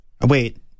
wait